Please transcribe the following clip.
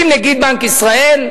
עם נגיד בנק ישראל,